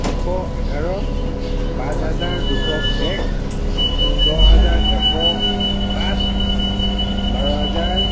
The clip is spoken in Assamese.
দুশ এঘাৰ পাঁচ হাজাৰ দুশ এক দহ হাজাৰ এশ পাঁচ বাৰ হাজাৰ